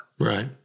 Right